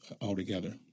altogether